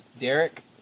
Derek